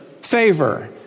favor